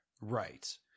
Right